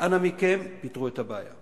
ואנא מכם, פתרו את הבעיה.